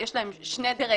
יש להם שני דירקטורים,